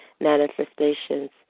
manifestations